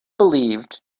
believed